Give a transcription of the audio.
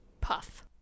puff